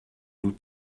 nous